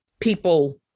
people